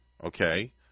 Okay